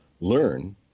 learn